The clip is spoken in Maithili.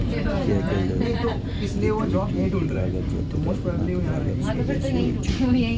कियैकि इक्विटी के लागत जादेतर ऋणक लागत सं बेसी होइ छै